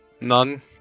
None